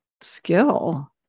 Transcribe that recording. skill